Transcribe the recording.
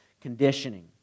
conditioning